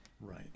Right